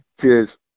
Cheers